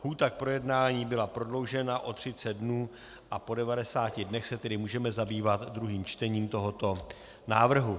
Lhůta k projednání byla prodloužena o 30 dnů, po 90 dnech se tedy můžeme zabývat druhým čtením tohoto návrhu.